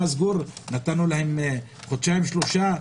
נתנו להם חודשיים, שלושה?